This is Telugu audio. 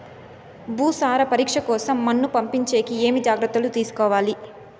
భూసార పరీక్ష కోసం మన్ను పంపించేకి ఏమి జాగ్రత్తలు తీసుకోవాలి?